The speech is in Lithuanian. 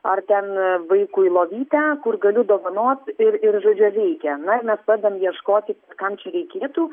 ar ten vaikui lovytę kur galiu dovanot ir ir žodžiu ar reikia na ir mes pradedam ieškoti kam čia reikėtų